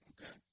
Okay